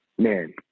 man